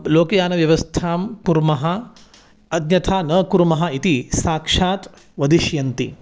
लोकयानव्यवस्थां कुर्मः अन्यथा न कुर्मः इति साक्षात् वदिष्यन्ति